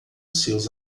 seus